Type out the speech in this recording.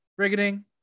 brigading